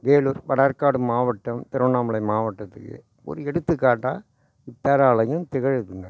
வேலூர் வட ஆற்காடு மாவட்டம் திருவண்ணாமலை மாவட்டத்துக்கே ஒரு எடுத்துக்காட்டாக இப்பேராலயம் திகழுதுங்க